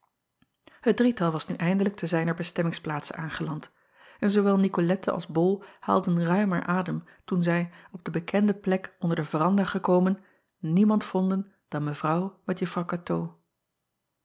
et drietal was nu eindelijk te zijner bestemmingsplaatse aangeland en zoowel icolette als ol haalden ruimer adem toen zij op de bekende plek onder de veranda gekomen niemand vonden dan evrouw met uffrouw atoo